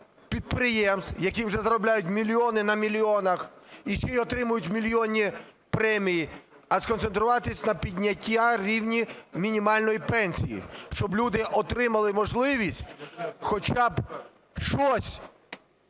підприємств, які вже заробляють мільйони на мільйонах, і ще й отримують мільйонні премії, а сконцентруватись на піднятті рівня мінімальної пенсії. Щоб люди отримали можливість хоча б щось